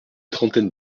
trentaine